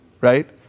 right